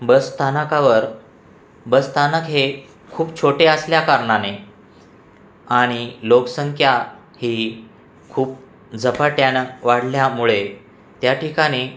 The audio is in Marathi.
बसस्थानकावर बसस्थानक हे खूप छोटे असल्याकारणाने आणि लोकसंख्या ही खूप झपाट्यानं वाढल्यामुळे त्या ठिकाणी